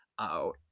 out